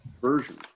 version